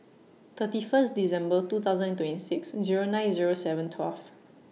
thirty First December twenty twenty six Zero nine Zero seven twelve